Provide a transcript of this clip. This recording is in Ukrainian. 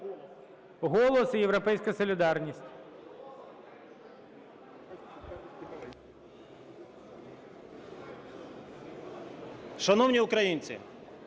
"Голос" і "Європейська солідарність".